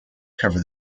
cover